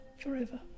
forever